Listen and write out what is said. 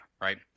right